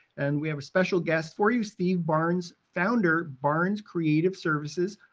and we have a special guest for you, steve barnes, founder, barnes creative services,